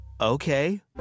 Okay